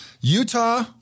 Utah